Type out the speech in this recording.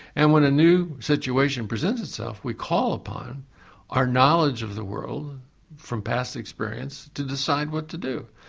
and when a new situation presents itself we call upon our knowledge of the world from past experience to decide what to do.